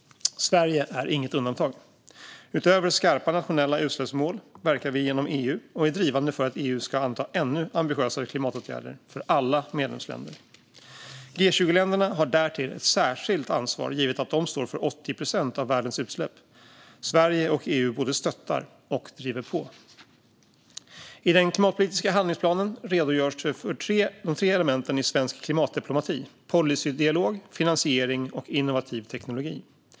Sverige är inget undantag. Utöver skarpa nationella utsläppsmål verkar vi genom EU och är drivande för att EU ska anta ännu ambitiösare klimatåtgärder för alla medlemsländer. Sverige och EU både stöttar och driver på. I den klimatpolitiska handlingsplanen redogörs för de tre elementen i svensk klimatdiplomati: policydialog, finansiering och innovativ teknologi.